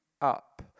up